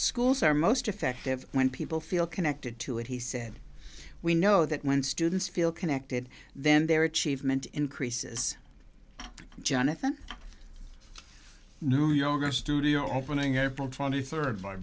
schools are most effective when people feel connected to it he said we know that when students feel connected then their achievement increases jonathan new yoga studio opening april twenty third